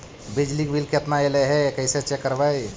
बिजली के बिल केतना ऐले हे इ कैसे चेक करबइ?